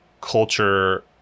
culture